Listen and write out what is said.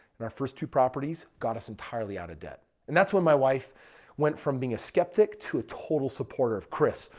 and our first two properties got us entirely out of debt. and that's when my wife went from being a skeptic to a total supportive. kris,